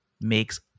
makes